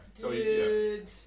dude